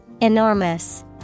Enormous